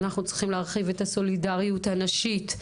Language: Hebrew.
אנחנו צריכים להרחיב את הסולידריות הנשית,